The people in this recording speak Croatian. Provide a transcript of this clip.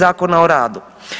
Zakona o radu.